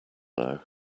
now